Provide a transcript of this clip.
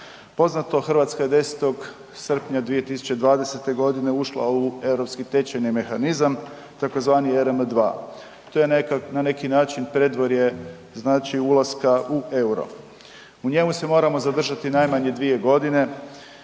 Poznato, Hrvatska je 10. srpnja 2020.g. ušla u Europski tečajni mehanizam tzv. ERM 2, to je na neki način predvorje, znači ulaska u EUR-o. U njemu se moramo zadržati najmanje 2.g.